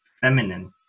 feminine